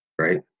right